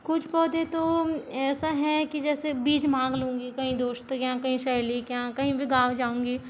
कुछ पौधे तो ऐसा है कि जैसे बीज मांग लूँगी कही दोस्त के यहाँ कही सहेली के यहाँ कही भी गाँव जाऊँगी